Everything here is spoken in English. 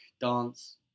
dance